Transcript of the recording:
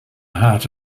heart